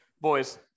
Boys